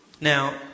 Now